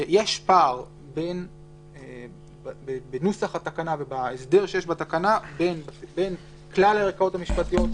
יש פער בנוסח התקנה ובהסדר שיש בתקנה בין כלל הערכאות המשפטיות,